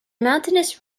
mountainous